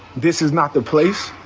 this is not the place.